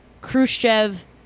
Khrushchev